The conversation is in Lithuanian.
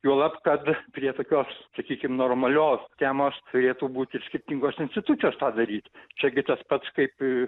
juolab kad prie tokios sakykim normalios temos turėtų būti skirtingos institucijos tą daryt čia gi tas pats kaip